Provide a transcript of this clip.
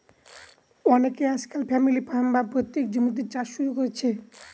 অনকে আজকাল family farm, বা পৈতৃক জমিতে চাষ শুরু করেছে